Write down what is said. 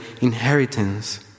inheritance